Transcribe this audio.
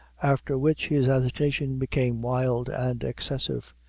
after, which his agitation became wild and excessive.